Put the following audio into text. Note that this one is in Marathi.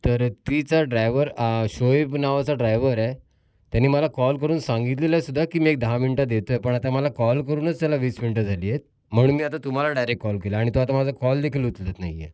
तर तिचा ड्रायव्हर शोईफ नावाचा ड्रायव्हर आहे त्यांनी मला कॉल करून सांगितलेलं सुद्धा की मी एक दहा मिनिटात येतो आहे पण आता मला कॉल करूनच त्याला वीस मिनिटे झाली आहेत म्हणून मी आता तुम्हाला डायरेक्ट कॉल केला आणि तो आता माझा कॉल देखील उचलत नाही आहे